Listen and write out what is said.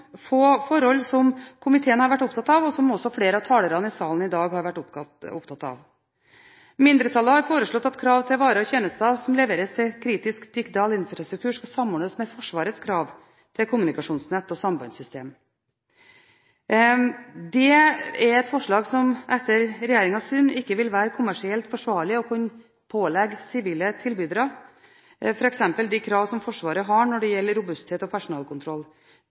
få forhold som komiteen, og også flere av talerne i salen i dag, har vært opptatt av. Mindretallet har foreslått at krav til varer og tjenester som leveres til kritisk digital infrastruktur, skal samordnes med Forsvarets krav til kommunikasjonsnett og sambandssystemer. Det er et forslag som det etter regjeringens syn ikke vil være kommersielt forsvarlig å pålegge sivile tilbydere, f.eks. de krav som Forsvaret har når det gjelder robusthet og personalkontroll.